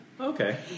Okay